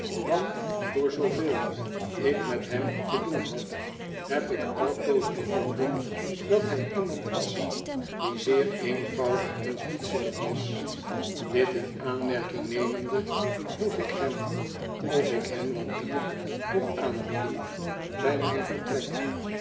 want voor zooveel ik met hem te doen had heb ik altoos bevonden dat hij iemand was die zeer eenvoudig en zachtzinnig was dit in aanmerking nemende vroeg ik hem of ik hen wat bier mocht aanbieden bij mijn vertrek